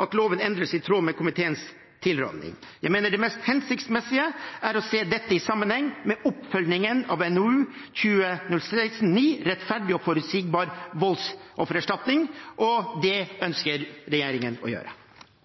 at loven endres i tråd med komiteens tilråding. Jeg mener det mest hensiktsmessige er å se dette i sammenheng med oppfølgingen av NOU 2016: 9, Rettferdig og forutsigbar – voldsskadeerstatning, og det ønsker regjeringen å gjøre.